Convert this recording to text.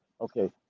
Okay